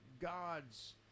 gods